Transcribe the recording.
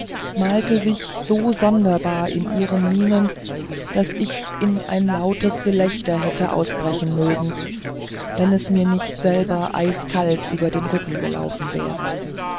malte sich so sonderbar in ihren mienen daß ich in ein lautes gelächter hätte ausbrechen mögen wenn es mir nicht selber eiskalt über den rücken gelaufen wäre